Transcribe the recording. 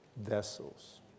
vessels